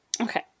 Okay